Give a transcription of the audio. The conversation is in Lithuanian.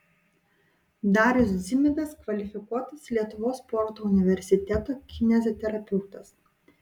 darius dzimidas kvalifikuotas lietuvos sporto universiteto kineziterapeutas